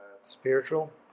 Spiritual